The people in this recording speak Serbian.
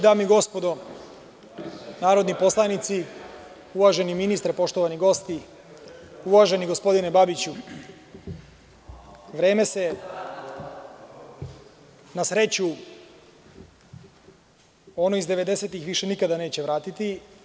Dame i gospodo narodni poslanici, uvaženi ministre, poštovani gosti, uvaženi gospodine Babiću, ono vreme iz 90-ih se, na sreću, više nikada neće vratiti.